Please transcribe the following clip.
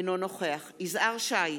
אינו נוכח יזהר שי,